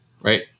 Right